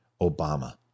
Obama